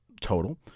total